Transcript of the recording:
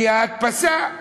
כי ההדפסה,